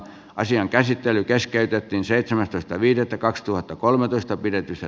asian käsittely keskeytettiin seitsemästoista viidettä kaksituhattakolmetoistapidetyssä